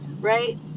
right